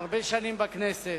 הרבה שנים בכנסת.